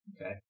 Okay